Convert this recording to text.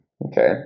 Okay